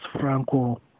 franco